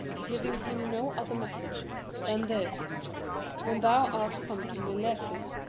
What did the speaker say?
giving him no other message than this when thou art come to miletus,